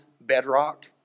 bedrock